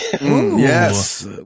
yes